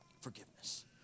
forgiveness